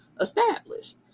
established